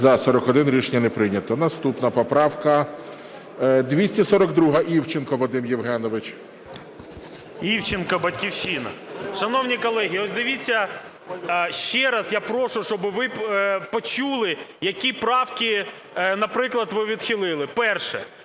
За-41 Рішення не прийнято. Наступна поправка 242-а, Івченко Вадим Євгенович. 16:49:06 ІВЧЕНКО В.Є. Івченко, "Батьківщина". Шановні колеги, ось дивіться, ще раз, я прошу, щоби ви почули, які правки наприклад ви відхилили. Перше.